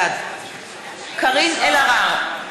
בעד קארין אלהרר,